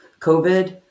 COVID